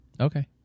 Okay